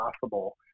possible